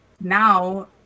now